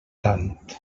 tant